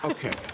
Okay